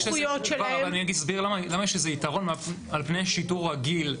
אז אני אסביר למה יש לזה יתרון על פני שיטור רגיל.